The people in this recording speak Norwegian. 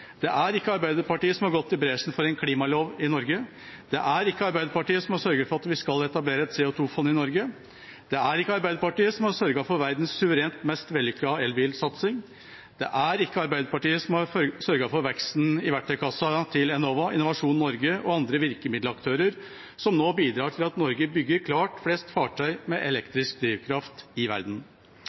Det er ikke Arbeiderpartiet som har gått i bresjen for en klimalov i Norge. Det er ikke Arbeiderpartiet som har sørget for at vi skal etablere et CO 2 -fond i Norge. Det er ikke Arbeiderpartiet som har sørget for verdens suverent mest vellykkede elbilsatsing. Det er ikke Arbeiderpartiet som har sørget for veksten i verktøykassa til Enova, Innovasjon Norge og andre virkemiddelaktører, som nå bidrar til at Norge bygger klart flest fartøy med elektrisk drivkraft i verden.